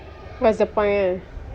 what's the point kan